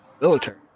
Military